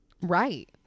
Right